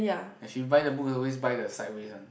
and she buy the book always buy the sideways one